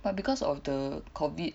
but because of the COVID